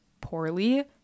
poorly